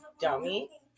dummy